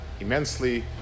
immensely